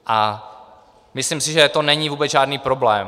A myslím si, že to není vůbec žádný problém.